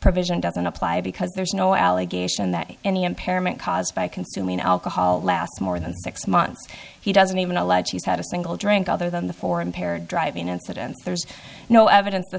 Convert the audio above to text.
provision doesn't apply because there's no allegation that any impairment caused by consuming alcohol lasts more than six months he doesn't even allege she's had a single drink other than the four impaired driving incident there's no evidence the